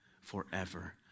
forever